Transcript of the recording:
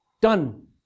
done